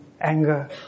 anger